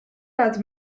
lat